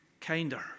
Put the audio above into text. kinder